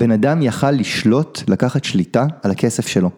בן אדם יכל לשלוט לקחת שליטה על הכסף שלו